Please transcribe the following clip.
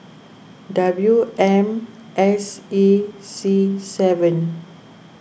W M S E C seven